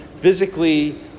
physically